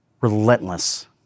relentless